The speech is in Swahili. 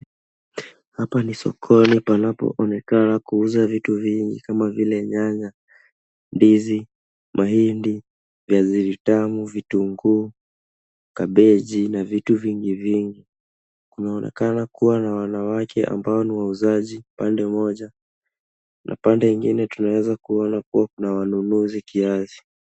Hapa ni sokoni panapoonekana kuuza vitu vingi, kama vile, nyanya, ndizi, mahindi, viazi vitamu, vitunguu, kabeji, na vitu vingi vingi. Kunaonekana kua na wanawake ambao ni wauzaji pande mmoja, na pande ingine tunaweza kuona kua kuna wanunuzi kiasi.